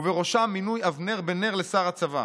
ובראשם מינוי אבנר בן נר לשר הצבא.